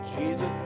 Jesus